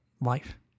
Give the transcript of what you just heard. life